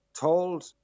told